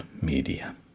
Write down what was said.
media